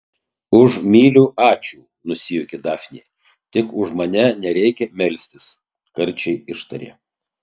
už myliu ačiū nusijuokė dafnė tik už mane nereikia melstis karčiai ištarė